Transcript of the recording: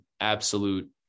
absolute